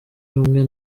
rumwe